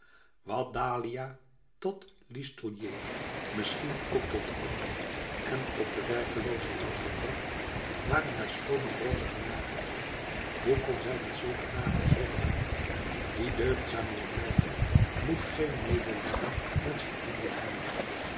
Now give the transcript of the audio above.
wat dahlia tot listolier misschien ook tot anderen en tot de werkeloosheid had gebracht waren haar schoone rozige nagels hoe kon zij met zulke nagels werken die deugdzaam wil blijven moet geen medelijden met zijn handen hebben